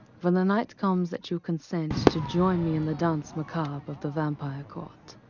when the night comes that you consent to join me in the danse macabre of the vampire court